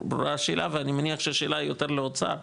השאלה ואני מניח שהשאלה היא יותר לאוצר,